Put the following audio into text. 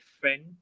friend